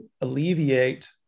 alleviate